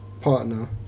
partner